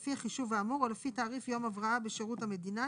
לפי החישוב האמור או לפי תעריף יום הבראה בשירות המדינה,